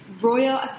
Royal